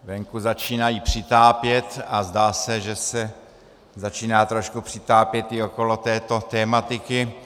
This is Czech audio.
Venku začínají přitápět a zdá se, že se začíná trošku přitápět i okolo této tematiky.